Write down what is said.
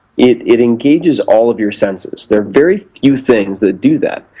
it it engages all of your senses. there are very few things that do that,